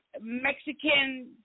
Mexican